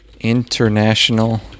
international